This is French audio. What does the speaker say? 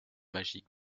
magique